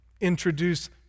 introduce